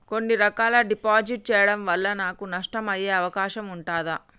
కొన్ని రకాల డిపాజిట్ చెయ్యడం వల్ల నాకు నష్టం అయ్యే అవకాశం ఉంటదా?